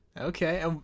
okay